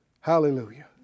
Hallelujah